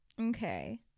Okay